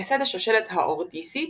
מייסד השושלת האורדיסית,